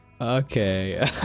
okay